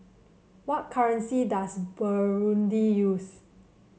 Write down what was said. what currency does Burundi use